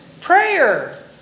prayer